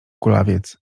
kulawiec